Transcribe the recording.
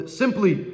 simply